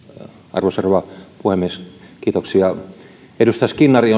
arvoisa rouva puhemies edustaja skinnari